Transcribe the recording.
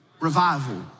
Revival